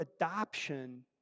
adoption